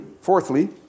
fourthly